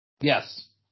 Yes